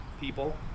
people